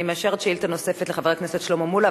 אני מאשרת שאילתא נוספת לחבר הכנסת שלמה מולה.